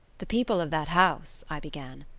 the people of that house. i began.